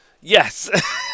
Yes